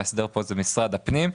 כשהמאסדר של זה הוא משרד הפנים.